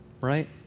Right